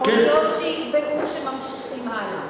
יכול להיות שיקבעו שממשיכים הלאה,